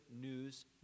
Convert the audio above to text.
news